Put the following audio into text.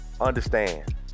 understand